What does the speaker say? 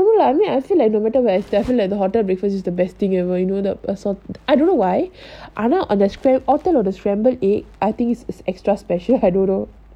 I don't know lah I mean I feel like no matter where I stay I just like the hotel breakfast because it's the best thing ever you know the assort~ I don't know why either order of the scrambled egg I think is extra special I don't know